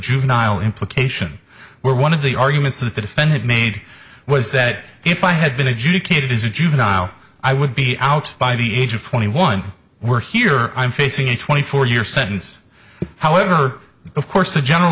juvenile implication where one of the arguments that the defendant made was that if i had been adjudicated as a juvenile i would be out by the age of twenty one were here i'm facing a twenty four year sentence however of course the general